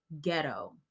ghetto